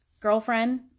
girlfriend